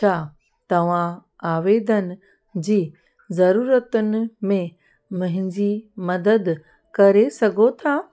छा तव्हां आवेदन जी ज़रूरतुनि में मुहिंजी मदद करे सघो था